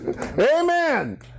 amen